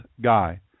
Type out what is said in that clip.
guy